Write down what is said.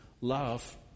love